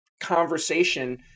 conversation